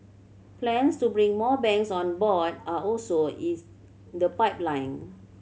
plans to bring more banks on board are also is the pipeline